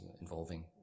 involving